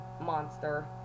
monster